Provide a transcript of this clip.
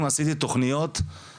אני מכיר מצוין את התוכנית הזאתי,